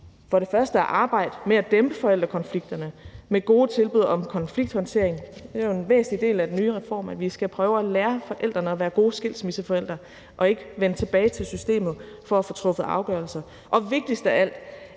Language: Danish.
for det første at arbejde med at dæmpe forældrekonflikterne med gode tilbud om konflikthåndtering – det er jo en væsentlig del af den nye reform, at vi skal prøve at lære forældrene at være gode skilsmisseforældre og ikke vende tilbage til systemet for at få truffet afgørelse – og vigtigst af alt